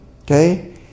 okay